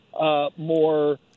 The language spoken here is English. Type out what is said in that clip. more